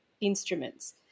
instruments